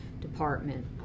Department